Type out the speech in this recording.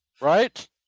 Right